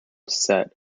set